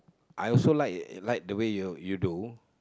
I also like the way you do